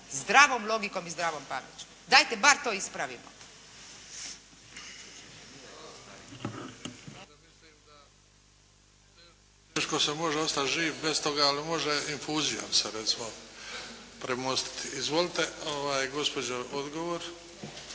zdravom logikom i zdravom pameću. Dajte bar to ispravimo.